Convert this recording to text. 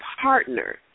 partner